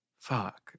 fuck